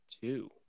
Two